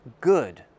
good